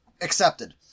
accepted